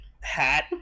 hat